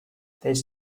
this